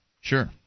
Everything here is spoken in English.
Sure